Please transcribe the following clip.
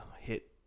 hit